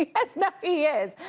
yes, he is.